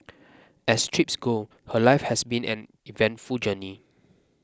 as trips go her life has been an eventful journey